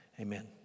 Amen